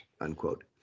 unquote